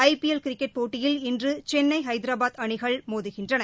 IPL cricket போட்டியில் இன்று சென்னை ஹைதராபாத் அணிகள் மோதுகின்றன